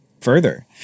Further